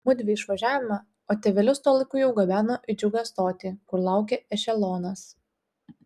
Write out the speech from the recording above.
mudvi išvažiavome o tėvelius tuo laiku jau gabeno į džiugą stotį kur laukė ešelonas